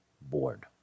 bored